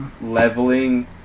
leveling